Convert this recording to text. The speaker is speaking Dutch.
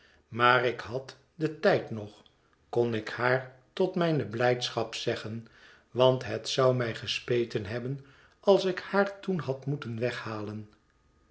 maar ik had den tijd nog kon ik haar tot mijne blijdschap zeggen want het zou mij gespeten hebben als ik haar toen had moeten weghalen